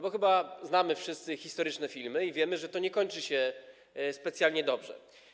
Bo chyba wszyscy znamy historyczne filmy i wiemy, że to nie kończy się specjalnie dobrze.